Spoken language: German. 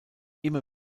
immer